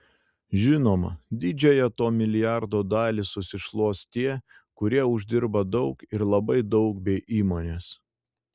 žinoma didžiąją to milijardo dalį susišluos tie kurie uždirba daug ir labai daug bei įmonės